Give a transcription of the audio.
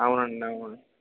అవునండి అవునండి